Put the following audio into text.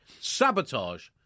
sabotage